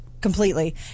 completely